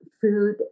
food